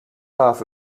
half